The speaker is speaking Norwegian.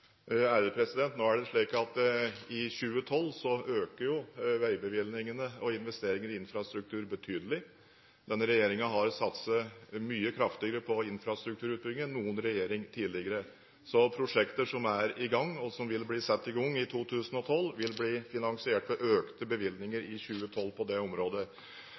Nå er det slik at i 2012 øker jo veibevilgningene og investeringene i infrastruktur betydelig. Denne regjeringen har satset mye kraftigere på infrastrukturutbygging enn noen regjering tidligere. Prosjekter som er i gang, og som vil bli satt i gang i 2012, vil bli finansiert ved økte bevilgninger i 2012 på det området.